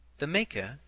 the maker,